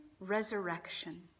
resurrection